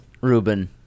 Ruben